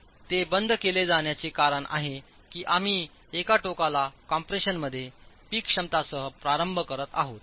ते बंद केले जाण्याचे कारण आहे की आम्ही एका टोकाला कॉम्प्रेशनमध्ये पीक क्षमतासह प्रारंभ करत आहोत